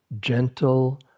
gentle